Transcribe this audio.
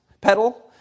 pedal